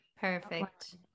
Perfect